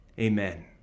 amen